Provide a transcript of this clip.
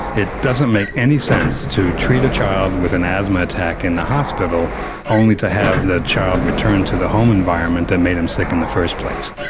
it doesn't make any sense to treat a child with an asthma attack in the hospital only to have that child return to the home environment that made him sick in the first place.